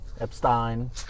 Epstein